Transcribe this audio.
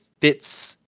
fits